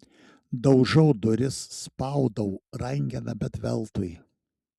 daužau duris spaudau rankeną bet veltui